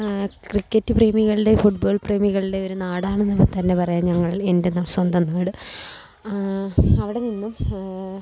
cricket പ്രേമികളുടെയും football പ്രേമികളുടെയും ഒരു നാടാണ് എന്ന് തന്നെ പറയാം ഞങ്ങൾ എൻ്റെ സ്വന്തം നാട് അവിടെ നിന്നും